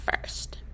first